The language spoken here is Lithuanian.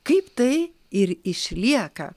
kaip tai ir išlieka